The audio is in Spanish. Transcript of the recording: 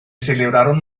celebraron